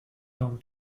home